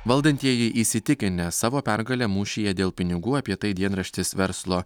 valdantieji įsitikinę savo pergale mūšyje dėl pinigų apie tai dienraštis verslo